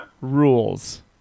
rules